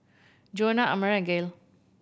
Joana Amare Gail